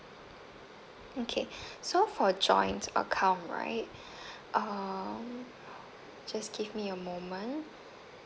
okay so for joint account right um just give me a moment